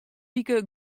wike